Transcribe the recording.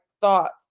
thought